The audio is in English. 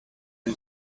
who